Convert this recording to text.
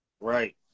Right